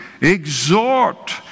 exhort